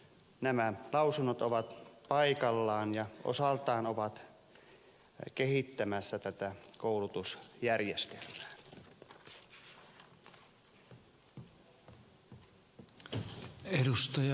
nämä lausumat ovat paikallaan ja ovat osaltaan kehittämässä tätä koulutusjärjestelmää